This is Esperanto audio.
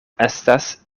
estas